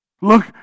Look